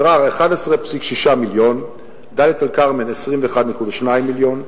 מע'אר, 11.6 מיליון, דאלית-אל-כרמל, 21.2 מיליון,